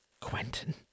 Quentin